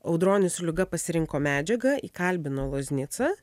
audronis liuga pasirinko medžiagą įkalbino loznicą